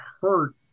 hurt